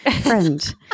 Friend